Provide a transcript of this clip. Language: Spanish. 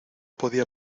podía